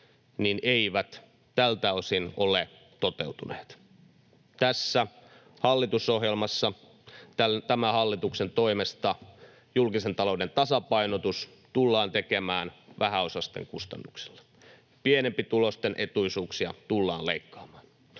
eivät tältä osin ole toteutuneet. Tässä hallitusohjelmassa tämän hallituksen toimesta julkisen talouden tasapainotus tullaan tekemään vähäosaisten kustannuksella. Pienempituloisten etuisuuksia tullaan leikkaamaan.